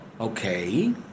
okay